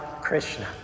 Krishna